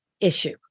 issue